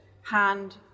hand